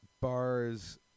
bars